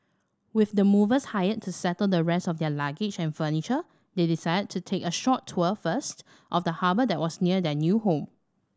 with the movers hired to settle the rest of their luggage and furniture they decided to take a short tour first of the harbour that was near their new home